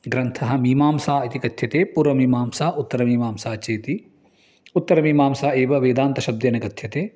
ग्रन्थः मिमांसा इति कथ्यते पूर्वमीमांसा उत्तरमीमांसा चेति उत्तरमीमांसा एव वेदान्तशब्देन कथ्यते